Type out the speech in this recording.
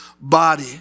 body